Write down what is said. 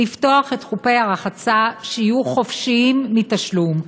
לפתוח את חופי הרחצה שיהיו חופשיים מתשלום.